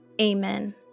amen